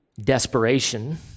desperation